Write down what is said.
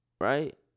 Right